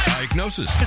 Diagnosis